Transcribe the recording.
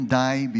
die